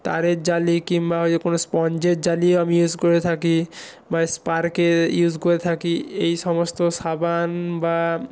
তারের জালি কিংবা ওই যে কোনও স্পঞ্জের জালিও আমি ইউজ করে থাকি বা স্পার্কল ইউজ করে থাকি এই সমস্ত সাবান বা